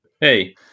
hey